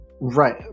Right